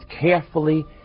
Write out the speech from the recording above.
carefully